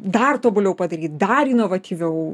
dar tobuliau padaryt dar inovatyviau